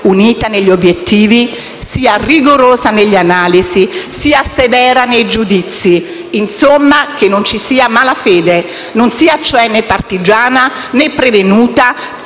unita negli obiettivi, rigorosa nelle analisi e severa nei giudizi; insomma che non ci sia malafede, non sia cioè né partigiana né prevenuta,